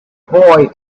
boy